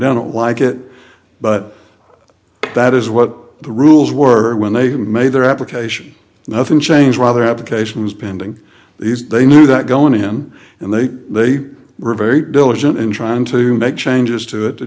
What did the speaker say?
don't like it but that is what the rules were when they made their application nothing changed rather applications pending these they knew that going in and they they were very diligent in trying to make changes to it to